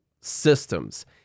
systems